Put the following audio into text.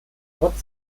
trotz